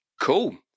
Cool